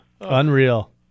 Unreal